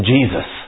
Jesus